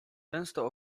często